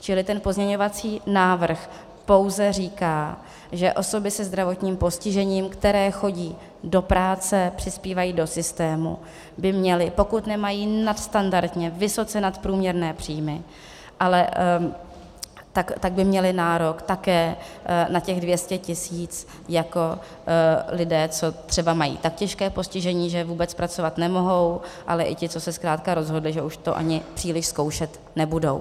Čili ten pozměňovací návrh pouze říká, že osoby se zdravotním postižením, které chodí do práce, přispívají do systému, by měly, pokud nemají nadstandardně vysoce nadprůměrné příjmy, tak by měli nárok také na těch 200 tisíc jako lidé, co třeba mají tak těžké postižení, že vůbec pracovat nemohou, ale i ti, co se zkrátka rozhodli, že už to příliš zkoušet nebudou.